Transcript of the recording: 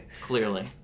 clearly